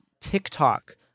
TikTok